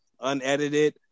unedited